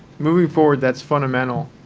moving forward, that's fundamental.